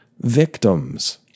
victims